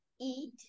eat